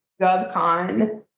GovCon